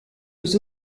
aux